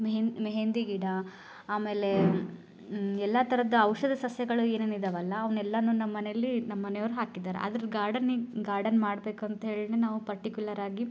ಮೆಹೆನ್ ಮೆಹೆಂದಿ ಗಿಡ ಆಮೇಲೆ ಎಲ್ಲ ಥರದ ಔಷಧ ಸಸ್ಯಗಳು ಏನೇನು ಇದ್ದಾವಲ್ಲ ಅವನ್ನೆಲ್ಲನು ನಮ್ಮನೇಲಿ ನಮ್ಮನೆ ಅವ್ರು ಹಾಕಿದ್ದಾರೆ ಅದ್ರ ಗಾರ್ಡನಿಗೆ ಗಾರ್ಡನ್ ಮಾಡಬೇಕಂಥೇಳಿನೇ ನಾವು ಪರ್ಟಿಕ್ಯೂಲರ್ ಆಗಿ